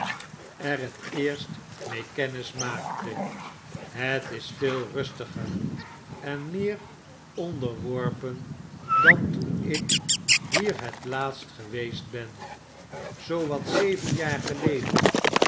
er het eerst mee kennis maakte het is veel rustiger en meer onderworpen dan toen ik hier het laatst geweest ben zoo wat zeven jaar geleden